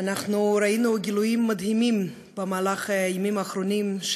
ראינו גילויים מדהימים בימים האחרונים,